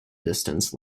distance